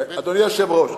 אדוני היושב-ראש,